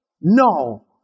No